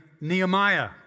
Nehemiah